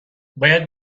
باید